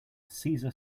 cesar